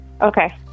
Okay